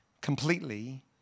completely